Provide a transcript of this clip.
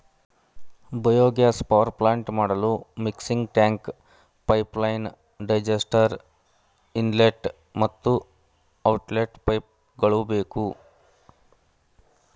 biogas power plant ಮಾಡಲು mixing tank, pipeline, digester, inlet ಮತ್ತು outlet ಪೈಪ್ಗಳು ಬೇಕು